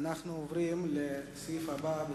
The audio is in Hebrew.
אנחנו עוברים לסעיף הבא בסדר-היום: